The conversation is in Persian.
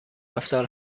رفتار